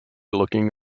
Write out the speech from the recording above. looking